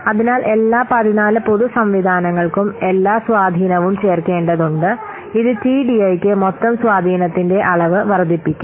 അതിനാൽ എല്ലാ 14 പൊതു സംവിധാനങ്ങൾക്കും എല്ലാ സ്വാധീനവും ചേർക്കേണ്ടതുണ്ട് ഇത് ടിഡിഐക്ക് മൊത്തം സ്വാധീനത്തിന്റെ അളവ് വർദ്ധിപ്പിക്കും